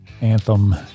anthem